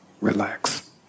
relax